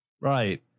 Right